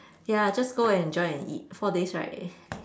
ya just go and enjoy and eat four days right